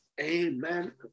amen